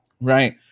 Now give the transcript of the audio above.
right